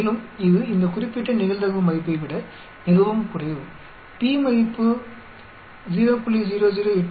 மேலும் இது இந்த குறிப்பிட்ட நிகழ்தகவு மதிப்பை விட மிகவும் குறைவு p மதிப்பு 0